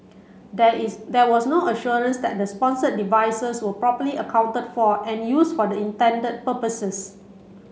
there is there was no assurance that the sponsored devices were properly accounted for and used for the intended purposes